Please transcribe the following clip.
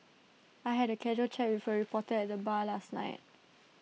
I had A casual chat with A reporter at the bar last night